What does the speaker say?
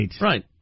Right